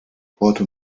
porto